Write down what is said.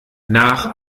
nach